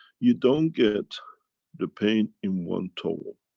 you don't get the pain in one toe